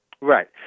Right